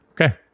Okay